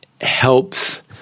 helps